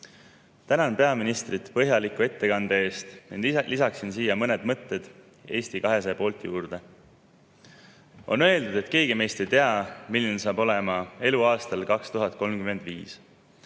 Tänan peaministrit põhjaliku ettekande eest ning lisan siia mõned mõtted Eesti 200 poolt juurde. On öeldud, et keegi meist ei tea, milline saab olema elu aastal 2035,